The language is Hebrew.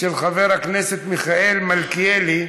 של חבר הכנסת מיכאל מלכיאלי,